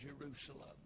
Jerusalem